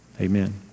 amen